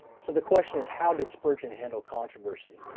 so the question is how did spurgeon handle controversy.